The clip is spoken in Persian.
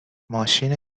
ماشین